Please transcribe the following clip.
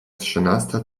trzynasta